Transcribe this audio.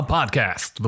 Podcast